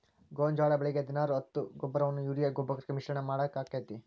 ಗೋಂಜಾಳ ಬೆಳಿಗೆ ಹದಿನಾರು ಹತ್ತು ಗೊಬ್ಬರವನ್ನು ಯೂರಿಯಾ ಗೊಬ್ಬರಕ್ಕೆ ಮಿಶ್ರಣ ಮಾಡಾಕ ಆಕ್ಕೆತಿ?